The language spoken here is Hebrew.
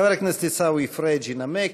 חבר הכנסת עיסאווי פריג' ינמק.